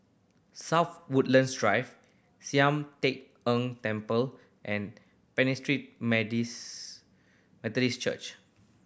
South Woodlands Drive Sian Teck Tng Temple and Pentecost Methodist Church